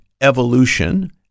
evolution